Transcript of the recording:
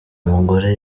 umugore